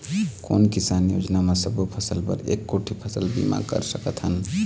कोन किसानी योजना म सबों फ़सल बर एक कोठी फ़सल बीमा कर सकथन?